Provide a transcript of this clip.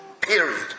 Period